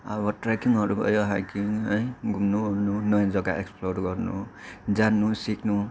अब ट्रेकिङहरू भयो हाइकिङ है घुम्नु ओर्नु नयाँ जग्गा एक्सफ्लोर गर्नु जान्नु सिक्नु